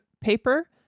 paper